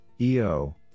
EO